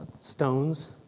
stones